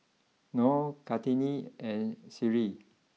Nor Kartini and Seri